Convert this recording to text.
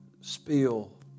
spill